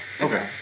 Okay